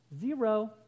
Zero